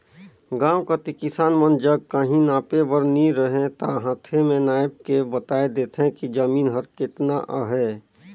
गाँव कती किसान मन जग काहीं नापे बर नी रहें ता हांथे में नाएप के बताए देथे कि जमीन हर केतना अहे